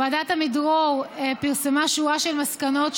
ועדת עמידרור פרסמה שורה של מסקנות,